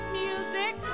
music